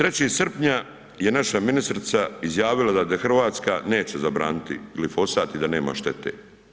3. srpnja je naša ministrica izjavila da Hrvatska neće zabraniti glifosat i da nema štete.